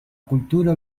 cultura